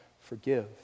forgive